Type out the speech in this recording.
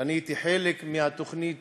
והייתי חלק מהתוכנית